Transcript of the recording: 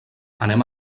anem